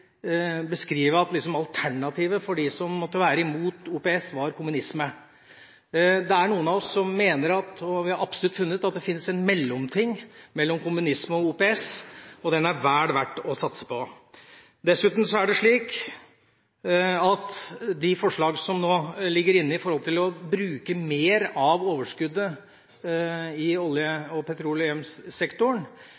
beskrive at alternativet for dem som måtte være imot OPS, er kommunisme. Det er noen av oss som mener – og det har vi absolutt sett – at det finnes en mellomting mellom kommunisme og OPS, og den er det vel verdt å satse på. Dessuten går de forslagene som nå ligger inne, på å bruke mer av overskuddet i olje- og petroleumssektoren, noe alle